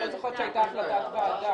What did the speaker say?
אני לא זוכרת שהייתה החלטת ועדה.